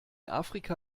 afrika